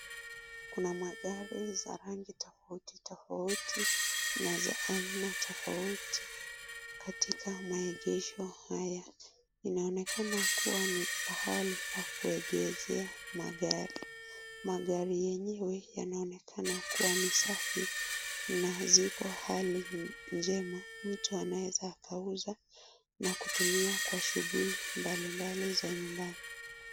Kuna magari za rangi tofauti tofauti na za aina tofauti katika maegesho haya. Inaonekana kuwa ni pahali pa kuegeshea magari, magari yenyewe yanaonekana kuwa ni safi na ziko hali njema mtu anaweza akauza na kutumia kwa kutumia kwa shughuli mbali mbali za nyumbani.